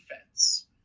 defense